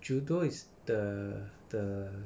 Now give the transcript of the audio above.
judo is the the